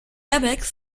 airbags